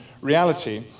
reality